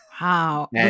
wow